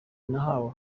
nahawe